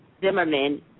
Zimmerman